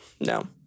No